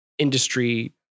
industry